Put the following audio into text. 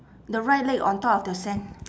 the right leg on top of the sand